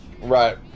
Right